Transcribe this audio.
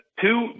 two